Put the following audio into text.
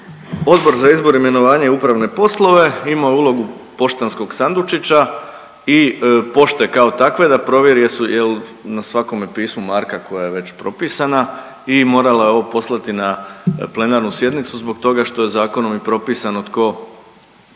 Odbor za izbor, imenovanje i upravne poslove imao je ulogu poštanskog sandučića i pošte kao takve da provjeri jel na svakom pismu marka koja je već propisana i morala je ovo poslati na plenarnu sjednicu zbog toga što je i zakonom propisano tko